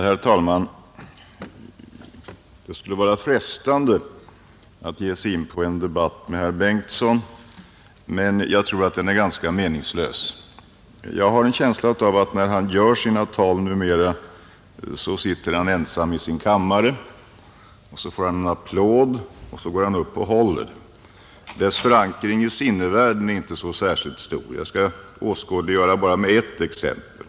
Herr talman! Det vore frestande att ge sig in i en debatt med herr Bengtson, men jag tror att en sådan skulle bli ganska meningslös. Jag har en känsla av att när han numera skriver sina tal sitter han ensam i sin kammare, så får han en applåd och därefter går han upp och håller dem. Deras förankring i sinnevärlden är inte så särskilt stor. Jag skall åskådliggöra det bara med ett enda exempel.